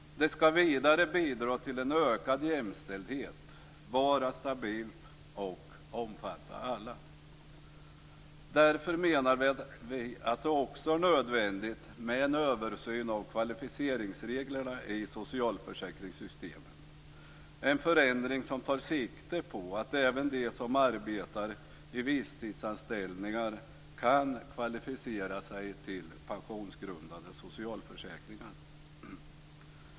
Det skall vidare bidra till en ökad jämställdhet, vara stabilt och omfatta alla. Därför menar vi att det också är nödvändigt med en översyn av kvalificeringsreglerna i socialförsäkringssystemen, en förändring som tar sikte på att även de som arbetar i visstidsanställningar kan kvalificera sig till pensionsgrundande socialförsäkringar.